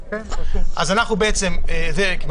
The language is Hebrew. בסעיף 116יז(6)(ג),